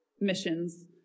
missions